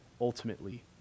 ultimately